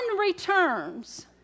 returns